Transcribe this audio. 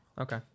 okay